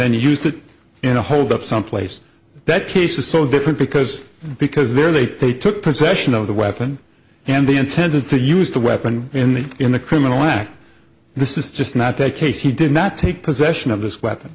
then used it in a hold up someplace that case is so different because because they're they they took possession of the weapon and they intended to use the weapon in the in the criminal act this is just not that casey did not take possession of this weapon